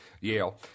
Yale